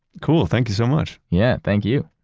cool. thank you so much yeah, thank you